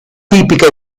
tipica